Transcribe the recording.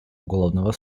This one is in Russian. уголовного